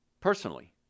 personally